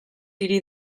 hiri